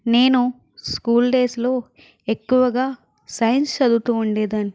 నేను school days లో ఎక్కువగా సైన్స్ చదువుతూ ఉండేదాన్ని